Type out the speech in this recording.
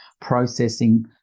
processing